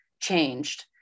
changed